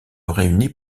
réuni